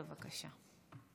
בבקשה.